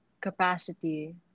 capacity